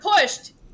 pushed